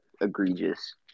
egregious